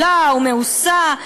באשר היא פסולה ומאוסה,